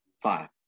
Five